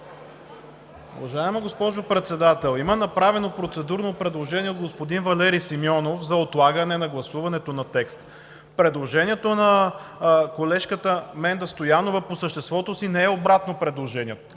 Уважаема госпожо Председател, има направено процедурно предложение от господин Валери Симеонов за отлагане на гласуването на текста. Предложението на колежката Менда Стоянова по съществото не е обратно предложение.